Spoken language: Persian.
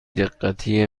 دقتی